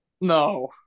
No